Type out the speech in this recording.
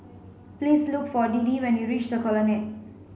please look for Deedee when you reach The Colonnade